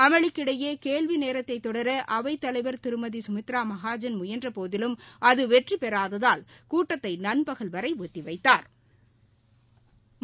அமளிக்கிடையே கேள்வி நேரத்தை தொடர அவைத்தலைவா் திருமதி குமித்ரா மகாஜன் முயன்றபோதிலும் அது வெற்றிபெறாததால் கூட்டத்தை நண்பகல் வரை ஒத்திவைத்தாா்